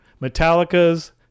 Metallica's